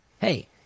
hey